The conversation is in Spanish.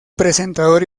presentador